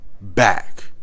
back